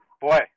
boy